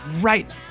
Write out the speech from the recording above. right